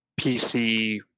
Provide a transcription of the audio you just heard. PC